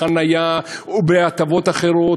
בחניה ובהטבות אחרות,